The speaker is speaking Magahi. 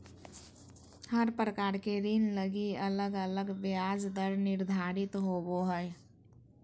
हर प्रकार के ऋण लगी अलग अलग ब्याज दर निर्धारित होवो हय